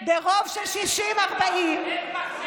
ברוב של 60 40, פח זבל.